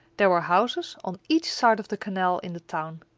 there were houses on each side of the canal, in the town,